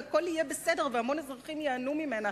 הכול יהיה בסדר והמון אזרחים ייהנו ממנה,